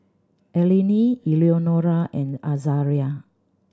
Eleni Eleonora and Azaria